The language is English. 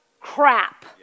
crap